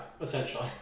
Essentially